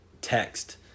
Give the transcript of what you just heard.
text